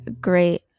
great